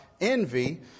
envy